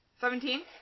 Seventeen